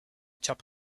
top